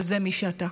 אבל זה מי שאתה.